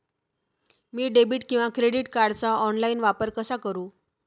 मी debit किंवा credit कार्डचा online वापर कसा करु?